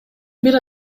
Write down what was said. бир